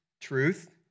truth